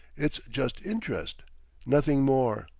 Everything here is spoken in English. it's just interest nothing more.